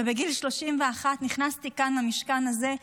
ובגיל 31 נכנסתי כאן למשכן הזה,